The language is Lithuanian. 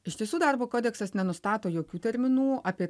iš tiesų darbo kodeksas nenustato jokių terminų apie